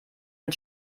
mit